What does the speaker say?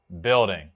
building